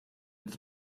its